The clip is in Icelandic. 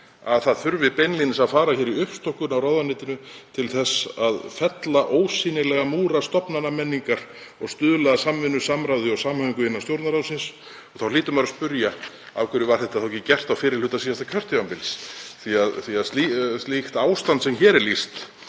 að það þurfi beinlínis að fara í uppstokkun á ráðuneytum til að fella ósýnilega múra stofnanamenningar og stuðla að samvinnu, samráði og samhæfingu innan Stjórnarráðsins? Þá hlýtur maður að spyrja: Af hverju var það ekki gert á fyrri hluta síðasta kjörtímabils? Slíkt ástand sem hér er lýst